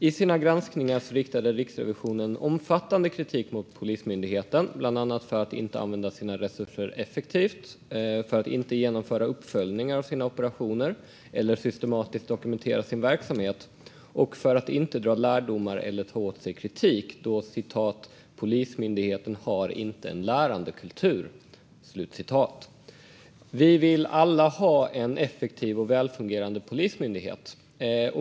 I sina granskningar riktar Riksrevisionen omfattande kritik mot Polismyndigheten bland annat för att man inte använder sina resurser effektivt, inte genomför uppföljningar av sina operationer eller systematiskt dokumenterar sin verksamhet och inte drar lärdomar eller tar åt sig kritik. Polismyndigheten har inte en lärandekultur. Vi vill alla ha en effektiv och välfungerande polismyndighet.